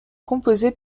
composées